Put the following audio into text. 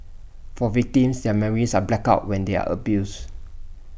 for victims their memories are blacked out when they are abused